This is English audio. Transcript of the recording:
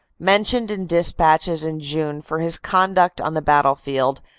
lentioned in despatches in june for his conduct on the battlefield,